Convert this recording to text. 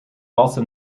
also